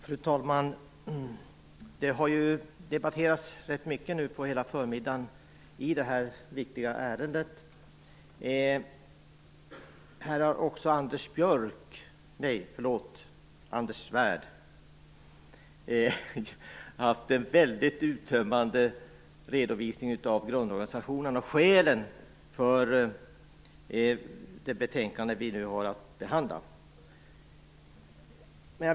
Fru talman! Det har här på förmiddagen debatterats rätt mycket kring detta viktiga ärende. Anders Svärd gjorde en väldigt uttömmande redovisning av grundorganisationen och skälen för det betänkande som vi nu har att behandla.